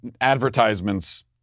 advertisements